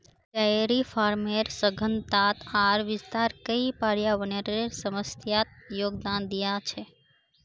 dairy फार्मेर सघनता आर विस्तार कई पर्यावरनेर समस्यात योगदान दिया छे